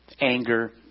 anger